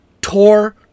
tore